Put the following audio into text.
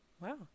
Wow